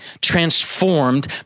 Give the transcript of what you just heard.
transformed